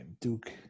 Duke